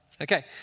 Okay